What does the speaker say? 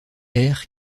air